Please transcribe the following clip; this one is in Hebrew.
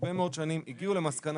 הרבה מאוד שנים הגיעו למסקנה,